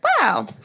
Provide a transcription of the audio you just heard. wow